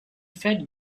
fed